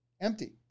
empty